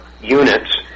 units